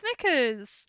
Snickers